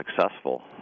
successful